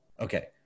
okay